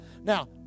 Now